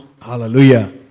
Hallelujah